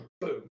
boom